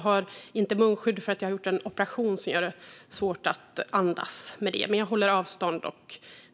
Herr talman!